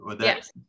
yes